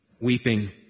weeping